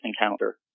encounter